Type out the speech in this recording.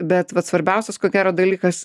bet vat svarbiausias ko gero dalykas